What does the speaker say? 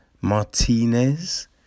Martinez